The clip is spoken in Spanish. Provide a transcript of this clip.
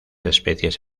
especies